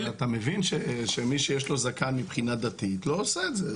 אבל אתה מבין שמי שיש לו זקן מבחינה דתית לא עושה את זה,